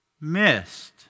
missed